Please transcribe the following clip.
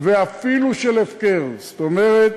"ואפילו של הפקר" זאת אומרת,